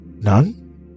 None